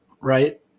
right